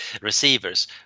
receivers